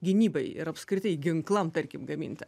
gynybai ir apskritai ginklam tarkim gaminti